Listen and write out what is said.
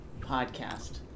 podcast